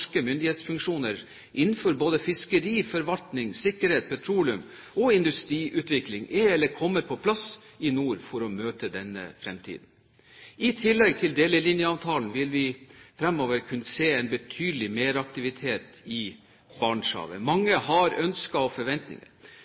myndighetsfunksjoner innenfor både fiskeri, forvaltning, sikkerhet, petroleums- og industriutvikling er eller kommer på plass i nord for å møte denne fremtiden. I tillegg til delelinjeavtalen vil vi fremover kunne se en betydelig meraktivitet i Barentshavet. Mange har ønsker og forventninger,